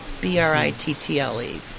B-R-I-T-T-L-E